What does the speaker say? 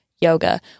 yoga